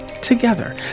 Together